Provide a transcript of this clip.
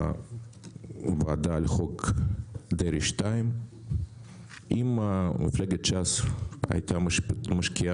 בוועדה על "חוק דרעי 2". אם מפלגת ש"ס הייתה משקיעה